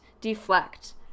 deflect